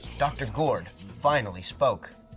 dr. gourd finally spoke.